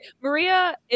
Maria